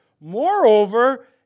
Moreover